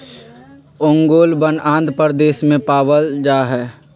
ओंगोलवन आंध्र प्रदेश में पावल जाहई